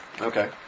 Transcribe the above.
Okay